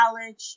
college